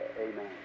Amen